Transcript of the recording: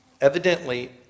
Evidently